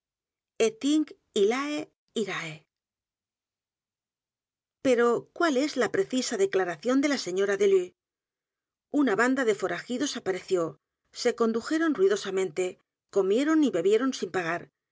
pero cuál es la precisa declaración de la señora delue una banda de foragidos apareció se condujeron ruidosamente comieron y bebieron sin p